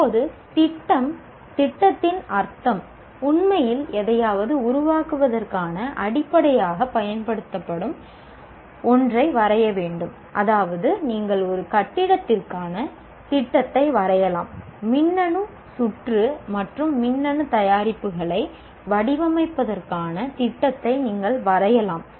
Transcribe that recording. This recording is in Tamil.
இப்போது திட்டம் திட்டத்தின் அர்த்தம் உண்மையில் எதையாவது உருவாக்குவதற்கான அடிப்படையாகப் பயன்படுத்தப்படும் ஒன்றை வரைய வேண்டும் அதாவது நீங்கள் ஒரு கட்டிடத்திற்கான திட்டத்தை வரையலாம் மின்னணு சுற்று மற்றும் மின்னணு தயாரிப்புகளை வடிவமைப்பதற்கான திட்டத்தை நீங்கள் வரையலாம்